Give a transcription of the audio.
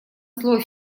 слово